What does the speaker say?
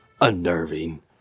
unnerving